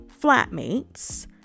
flatmates